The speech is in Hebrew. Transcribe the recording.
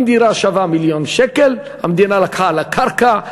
אם דירה שווה מיליון שקל, המדינה לקחה על הקרקע,